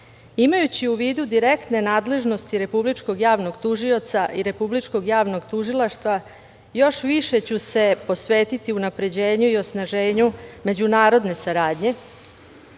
u vidu direktne nadležnosti Republičkog javnog tužioca i Republičkog javnog tužilaštva još više ću se posvetiti unapređenju i osnaženju međunarodne saradnje